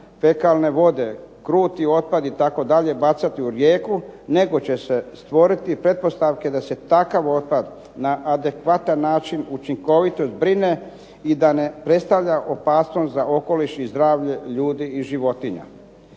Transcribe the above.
fekalne vode, kruti otpad itd. bacati u rijeku nego će se stvoriti pretpostavke da se takav otpad na adekvatan način učinkovito zbrine i da ne predstavlja opasnost za okoliš i zdravlje ljudi i životinja.